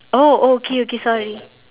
oh oh okay okay sorry